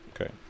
Okay